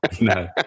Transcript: no